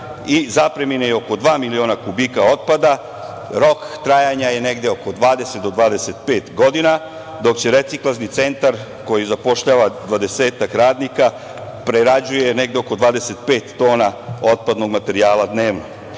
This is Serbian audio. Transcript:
zapremine je oko dva miliona kubika otpada. Rok trajanja je negde oko 20 do 25 godina, dok reciklažni centar koji zapošljava dvadesetak radnika, prerađuje negde oko 25 tona otpadnog materijala dnevno.